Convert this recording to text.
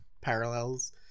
parallels